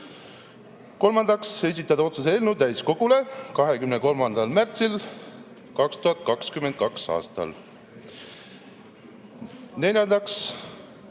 Kolmandaks, esitada otsuse eelnõu täiskogule 23. märtsil 2022. aastal. Neljandaks,